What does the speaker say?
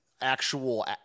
actual